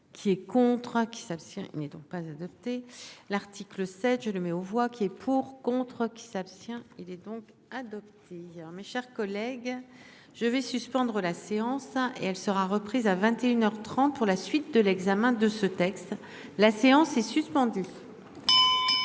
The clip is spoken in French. Qui est contrat qui s'abstient. Il n'est donc pas adopté l'article 7 je le mets aux voix qui est pour, contre qui s'abstient. Il est donc adopté hier, mes chers collègues. Je vais suspendre la séance. Hein et elle sera reprise à 21h 30 pour la suite de l'examen de ce texte. La séance est suspendue.